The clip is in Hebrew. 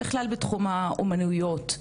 ובכלל בתחום האומנויות.